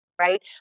right